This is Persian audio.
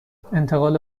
انتقال